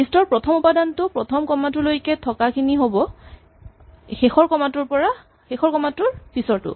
list ৰ প্ৰথম উপাদানটো প্ৰথম কমাটোলৈকে থকাখিনি হ'ব শেষৰ কমা টোৰ পিছৰটো